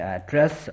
address